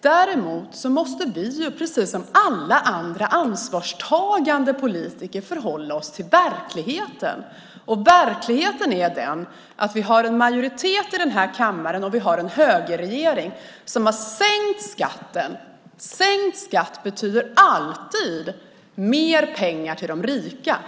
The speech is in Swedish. Däremot måste vi, precis som alla andra ansvarstagande politiker, förhålla oss till verkligheten. Och verkligheten är den att vi har en majoritet i den här kammaren och en högerregering som har sänkt skatten. Sänkt skatt betyder alltid mer pengar till de rika.